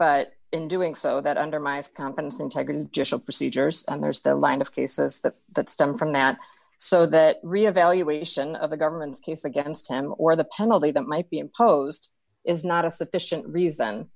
but in doing so that undermines confidence integrity just procedures and there's the line of cases that that stem from that so that reevaluation of the government's case against him or the penalty that might be imposed is not a sufficient reason